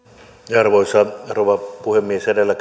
arvoisa rouva puhemies edellä